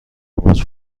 امروز